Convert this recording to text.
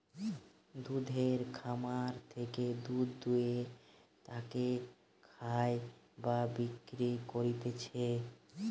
দুধের খামার থেকে দুধ দুয়ে তাকে খায় বা বিক্রি করতিছে